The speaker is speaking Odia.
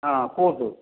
ହଁ କୁହନ୍ତୁ